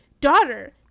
Daughter